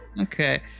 Okay